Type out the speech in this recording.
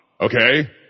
Okay